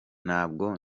ntabwo